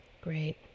Great